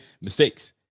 Mistakes